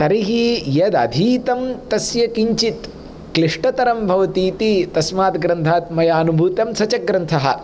तर्हि यदधीतं तस्य किञ्चित् क्लिष्टतरं भवति इति तस्मात् ग्रन्थात् मया अनुभूतं स च ग्रन्थः